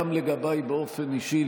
גם לגביי באופן אישי,